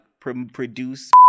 produce